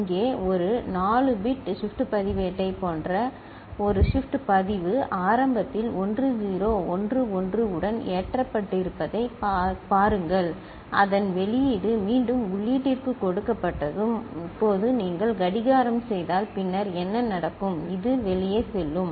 இங்கே ஒரு 4 bit shift பதிவேட்டைப் போன்ற ஒரு ஷிப்ட் பதிவு ஆரம்பத்தில் 1 0 1 1 உடன் ஏற்றப்பட்டிருப்பதைப் பாருங்கள் அதன் வெளியீடு மீண்டும் உள்ளீட்டிற்கு கொடுக்கப்பட்டதும் இப்போது நீங்கள் கடிகாரம் செய்தால் பின்னர் என்ன நடக்கும் இது வெளியே செல்லும்